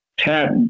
tap